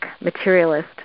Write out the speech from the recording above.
materialist